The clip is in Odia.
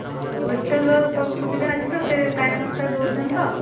ଆଉ ୱେଟର୍ର ସବୁ ସୁବିଧା ଅଛି ତ ସେ ଟାଇମ୍ ଅନୁସାରେ ଦେଉଛନ୍ତି ତ